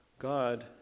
God